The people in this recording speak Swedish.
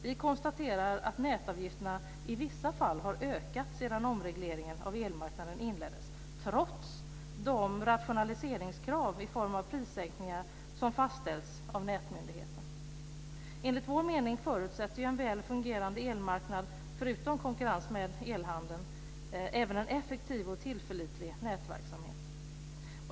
Vi konstaterar att nätavgifterna i vissa fall har ökat sedan omregleringen av elmarknaden inleddes trots de rationaliseringskrav i form av prissänkningar som fastställts av Nätmyndigheten. Enligt vår mening förutsätter en väl fungerande elmarknad förutom konkurrens inom elhandeln även en effektiv och tillförlitlig nätverksamhet.